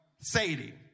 sadie